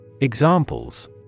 Examples